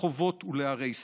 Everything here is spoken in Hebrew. לרחובות ולערי ישראל.